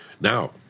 Now